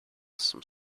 some